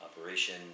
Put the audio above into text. operation